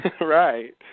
Right